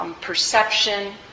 Perception